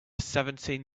seventeen